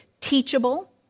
Teachable